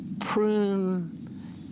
prune